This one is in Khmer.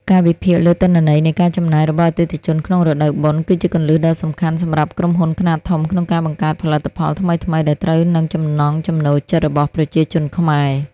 ការវិភាគលើទិន្នន័យនៃការចំណាយរបស់អតិថិជនក្នុងរដូវបុណ្យ គឺជាគន្លឹះដ៏សំខាន់សម្រាប់ក្រុមហ៊ុនខ្នាតធំក្នុងការបង្កើតផលិតផលថ្មីៗដែលត្រូវនឹងចំណង់ចំណូលចិត្តរបស់ប្រជាជនខ្មែរ។